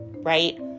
right